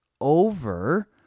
over